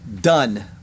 done